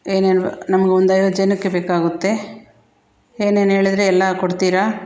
ಏನೇನು ನಮಗೊಂದೈವತ್ತು ಜನಕ್ಕೆ ಬೇಕಾಗುತ್ತೆ ಏನೇನೇಳಿದ್ರೆ ಎಲ್ಲಾ ಕೊಡ್ತೀರಾ